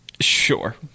Sure